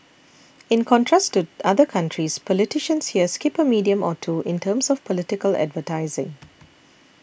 in contrast to other countries politicians here skip a medium or two in terms of political advertising